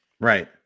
Right